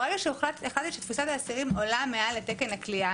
מרגע שהחלטתי שתפוסת האסירים עולה מעל לתקן הכליאה